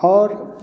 आओर